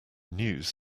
news